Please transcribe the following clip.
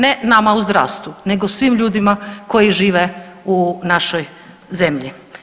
Ne nama u zdravstvu, nego svim ljudima koji žive u našoj zemlji.